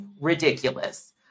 Ridiculous